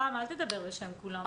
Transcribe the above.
רם, אל תדבר בשם כולם.